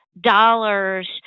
dollars